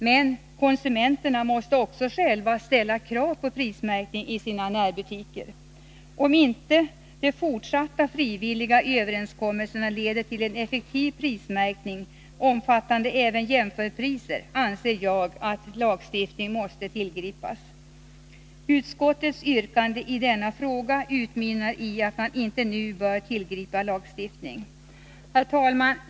Men konsumenterna måste också själva ställa krav på prismärkning i sina närbutiker. Om inte de fortsatta frivilliga överenskommelserna leder till en effektiv prismärkning, omfattande även jämförpriser, anser jag att lagstiftning måste tillgripas. Utskottets yrkande i denna fråga utmynnar i att man inte nu bör tillgripa lagstiftning. Herr talman!